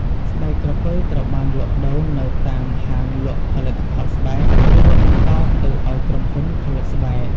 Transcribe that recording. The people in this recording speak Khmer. ស្បែកក្រពើត្រូវបានលក់ដូរនៅតាមហាងលក់ផលិតផលស្បែក ឬលក់បន្តទៅឲ្យក្រុមហ៊ុនផលិតស្បែក។